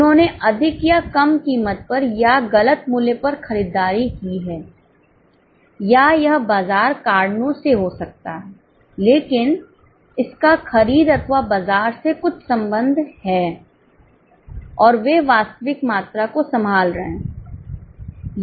उन्होंने अधिक या कम कीमत पर या गलत मूल्य पर ख़रीददारी की है या यह बाजार कारणों से हो सकता है लेकिन इसका खरीद अथवा बाजार से कुछ संबंध है और वे वास्तविक मात्रा को संभाल रहे हैं